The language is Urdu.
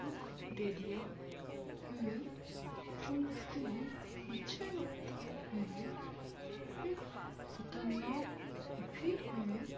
رخ دے دیا ہوں چونکہ مجھے لگتا ہے کہ خطرناک بھی ہے